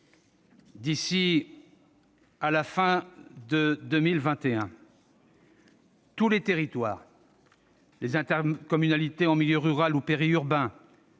D'ici à la fin de 2021, tous les territoires- les intercommunalités en milieu rural ou périurbain,